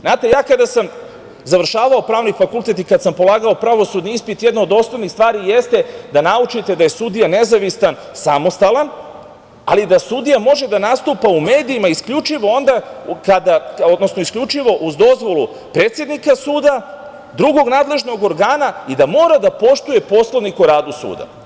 Znate, ja kada sam završavao Pravni fakultet i kad sam polagao pravosudni ispit, jedna od osnovnih stvari jeste da naučite da je sudija nezavisan, samostalan, ali da sudija može da nastupa u medijima isključivo uz dozvolu predsednika suda, drugog nadležnog organa i da mora da poštuje Poslovnik o radu suda.